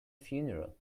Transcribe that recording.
funeral